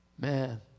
Man